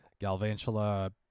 Galvantula